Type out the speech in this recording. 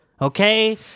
Okay